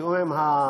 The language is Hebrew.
בתיאום עם השר.